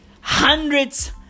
hundreds